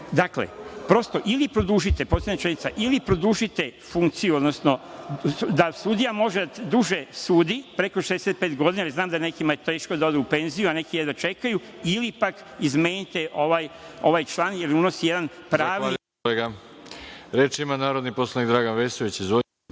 Dakle, prosto, ili produžite, poslednja rečenica, ili produžite funkciju, odnosno da sudija može duže da sudi, preko 65 godina, jer znam da je nekima teško da odu u penziju, a neki jedva čekaju, ili pak izmenite ovaj član jer unosi jedan pravni…